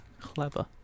clever